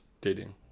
dating